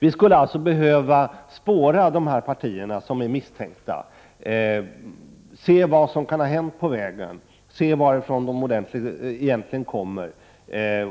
Vi skulle alltså behöva spåra de partier som är misstänkta, se vad som kan ha hänt på vägen, varifrån de egentligen kommer